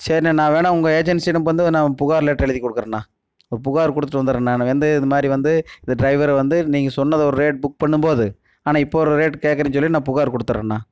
சரிண்ணா நான் வேணால் உங்கள் ஏஜென்சிமிடம் வந்து நான் புகார் லெட்ரு எழுதிக்குடுக்குறண்ணா புகார் குடுத்துட்டு வந்துடுறன் நானு வந்து இதுமாதிரி வந்து இந்த ட்ரைவரை வந்து நீங்கள் சொன்னது ஒரு ரேட்டு புக் பண்ணும்போது ஆனால் இப்போது ஒரு ரேட்டு கேட்குறிங்கன்னு சொல்லி நான் புகாரு குடுத்துறண்ணா